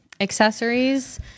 accessories